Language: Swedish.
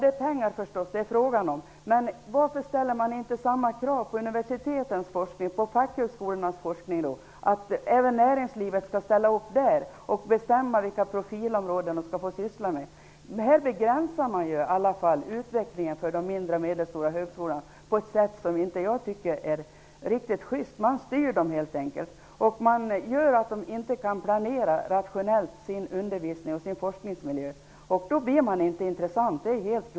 Varför ställer man inte samma krav på universitetens forskning och på fackhögskolornas forskning, att näringslivet skall ställa upp och bestämma vilka profilområden man skall få syssla med? Man begränsar ju utvecklingen för de mindre och medelstora högskolorna på ett sätt som jag inte tycker är riktigt juste. Man styr dem och gör det svårt för dem att planera sin undervisning och forskningsmiljö rationellt.